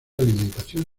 alimentación